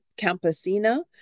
Campesina